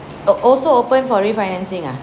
o~ also open for refinancing ah